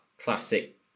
classic